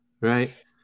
Right